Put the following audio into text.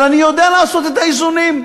אבל אני יודע לעשות את האיזונים,